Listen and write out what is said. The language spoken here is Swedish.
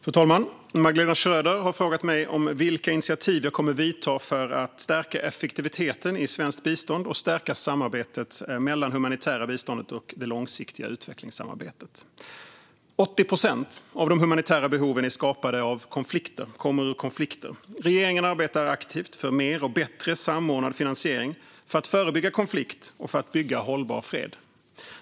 Fru talman! Magdalena Schröder har frågat mig vilka initiativ jag kommer att vidta för att stärka effektiviteten i svenskt bistånd och stärka samarbetet mellan det humanitära biståndet och det långsiktiga utvecklingssamarbetet. 80 procent av de humanitära behoven är skapade av och kommer ur konflikter. Regeringen arbetar aktivt för mer och bättre samordnad finansiering för att förebygga konflikt och för att bygga hållbar fred.